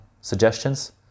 suggestions